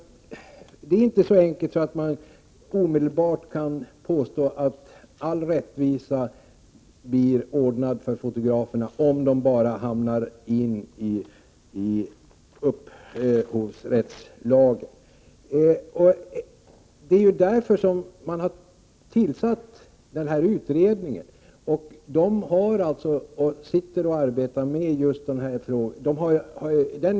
Det är inte så enkelt att man omedelbart kan påstå att fotograferna tillförsäkras all rättvisa, om de bara kommer in under upphovsrättslagen. Det är ju därför man har tillsatt den utredning som arbetar med bl.a. denna fråga.